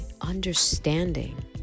understanding